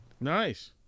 Nice